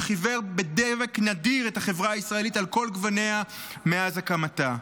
שחיבר בדבק נדיר את החברה הישראלית על כל גווניה מאז הקמתה.